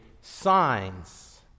signs